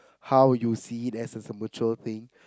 how you see it as as a mutual thing